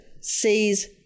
sees